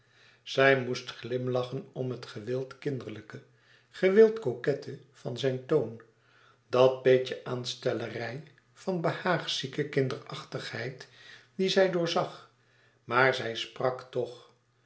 zij moest glimlachen om het gewild kinderlijke gewild coquette van zijn toon dat beetje aanstellerij van behaagzieke kinderachtigheid die zij doorzag maar zij sprak toch